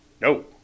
No